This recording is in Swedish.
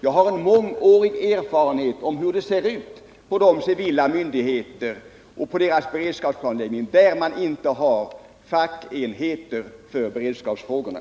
Jag har en mångårig erfarenhet av hur beredskapsplanläggningen ser ut på de civila myndigheter där det inte finns fackenheter för beredskapsfrågorna.